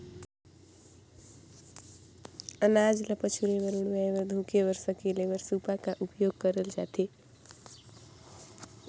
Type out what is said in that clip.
अनाज ल पछुरे बर, उड़वाए बर, धुके बर, सकेले बर सूपा का उपियोग करल जाथे